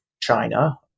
China